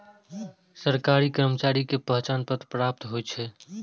सरकारी कर्मचारी के पहचान पत्र पर्याप्त होइ छै